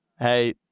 hey